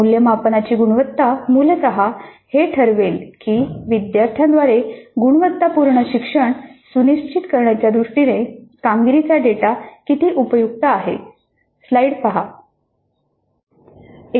मूल्यमापनाची गुणवत्ता मूलत हे ठरवेल की विद्यार्थ्यांद्वारे गुणवत्तापूर्ण शिक्षण सुनिश्चित करण्याच्या दृष्टीने कामगिरीचा डेटा किती उपयुक्त आहे